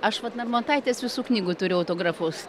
aš vat narmontaitės visų knygų turiu autografus